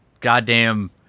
goddamn